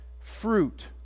fruit